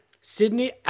Sydney